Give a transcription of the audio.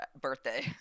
birthday